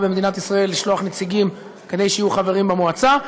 במדינת ישראל לשלוח נציגים שיהיו חברים במועצה,